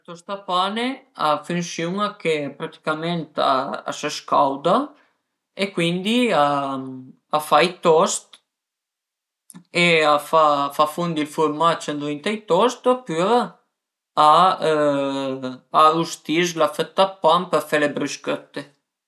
Ël tostapane a funsiun-a che praticament a së scauda e cuindi a fa i toast e a fa fundi ël furmac ëndrinta ai toast opüra a a rustis la fëta d'pan për fe le brüschëtte